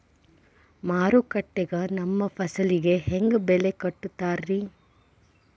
ಮಾರುಕಟ್ಟೆ ಗ ನಮ್ಮ ಫಸಲಿಗೆ ಹೆಂಗ್ ಬೆಲೆ ಕಟ್ಟುತ್ತಾರ ರಿ?